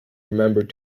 remembered